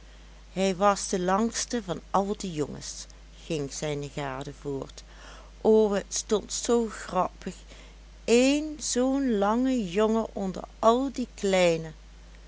hij was de langste van al de jongens ging zijne gade voort o het stond zoo grappig één zoo'n lange jongen onder al die kleine